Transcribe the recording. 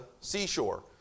seashore